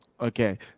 Okay